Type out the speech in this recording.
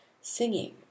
singing